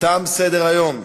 תם סדר-היום.